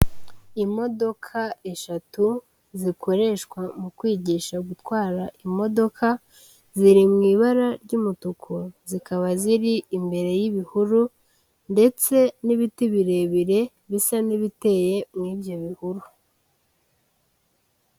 Imodoka eshatu zikoreshwa mu kwigisha gutwara imodoka, ziri mu ibara ry'umutuku, zikaba ziri imbere y'ibihuru ndetse n'ibiti birebire bisa n'ibiteye muri ibyo bihuru.